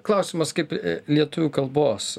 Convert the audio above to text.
klausimas kaip lietuvių kalbos